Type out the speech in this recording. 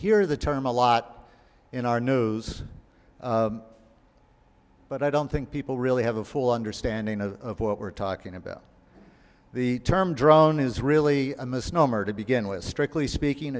hear the term a lot in our news but i don't think people really have a full understanding of what we're talking about the term drone is really a misnomer to begin with strictly speaking